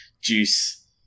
juice